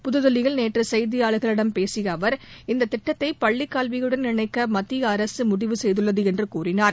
புதுதில்லியில் நேற்று செய்தியாளர்களிடம் பேசிய அவர் இந்தத் திட்டத்தை பள்ளிக் கல்வியுடன் இணைக்க மத்திய அரசு முடிவு செய்துள்ளது என்று கூறினார்